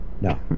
No